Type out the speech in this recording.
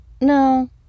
no